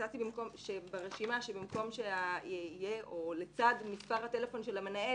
הצעתי שברשימה לצד מספר הטלפון של המנהל,